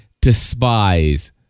despise